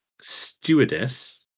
stewardess